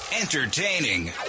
entertaining